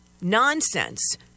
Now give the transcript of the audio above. nonsense